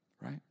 right